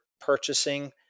purchasing